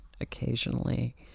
occasionally